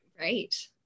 Right